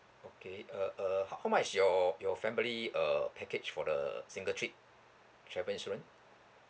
okay uh uh how much your your family uh package for the single trip travel insurance